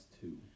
two